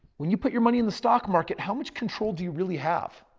when you put your money in the stock market, how much control do you really have?